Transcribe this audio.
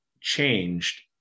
changed